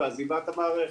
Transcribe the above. ועזיבת המערכת.